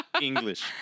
English